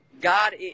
God –